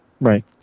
Right